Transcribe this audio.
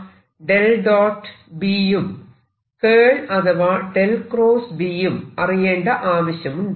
B യും കേൾ അഥവാ B യും അറിയേണ്ട ആവശ്യമുണ്ട്